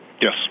Yes